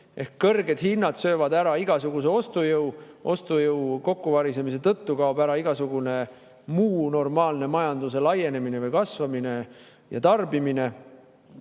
Kõrged hinnad söövad ära igasuguse ostujõu, ostujõu kokkuvarisemise tõttu kaob ära igasugune muu normaalne majanduse laienemine või kasvamine ja tarbimine.